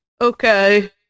Okay